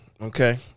Okay